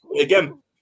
again